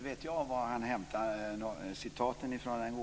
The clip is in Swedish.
Fru talman!